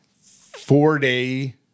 four-day